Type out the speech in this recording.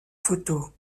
photo